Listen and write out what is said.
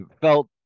felt